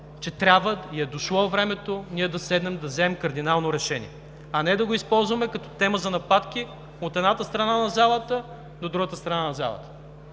че трябва и е дошло времето да вземем кардинално решение. А не да го използваме като тема за нападки от едната и от другата страна на залата.